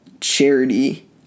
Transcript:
charity